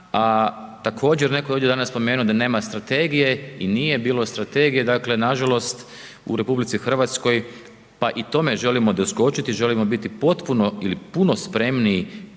a također netko je ovdje danas spomenuo da nema strategije i nije bilo strategije, dakle nažalost u RH pa i tome želimo doskočiti, želimo biti potpuno ili puno spremniji